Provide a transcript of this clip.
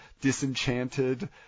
disenchanted